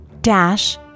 dash